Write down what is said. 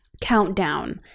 Countdown